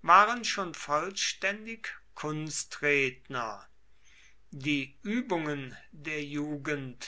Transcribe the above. waren schon vollständig kunstredner die übungen der jugend